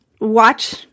watch